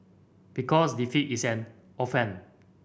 because defeat is an orphan